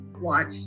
watch